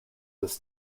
this